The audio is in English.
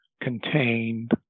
contained